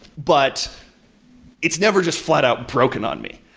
but it's never just flat out broken on me,